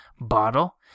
bottle